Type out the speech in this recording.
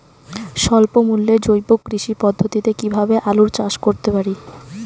স্বল্প মূল্যে জৈব কৃষি পদ্ধতিতে কীভাবে আলুর চাষ করতে পারি?